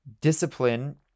Discipline